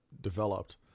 developed